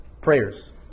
Prayers